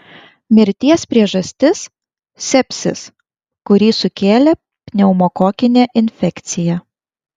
mirties priežastis sepsis kurį sukėlė pneumokokinė infekcija